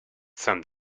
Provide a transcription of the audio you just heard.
some